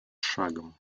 шагом